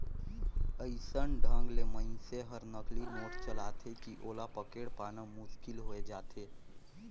अइसन ढंग ले मइनसे हर नकली नोट चलाथे कि ओला पकेड़ पाना मुसकिल होए जाथे